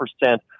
percent